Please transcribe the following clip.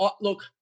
Look